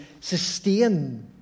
sustain